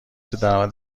درآمد